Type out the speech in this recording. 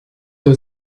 was